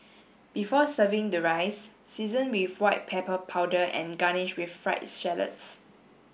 before serving the rice season with white pepper powder and garnish with fried shallots